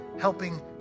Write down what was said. helping